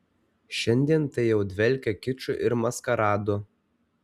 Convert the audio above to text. šiandien tai jau dvelkia kiču ir maskaradu